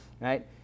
right